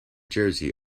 jersey